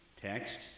Text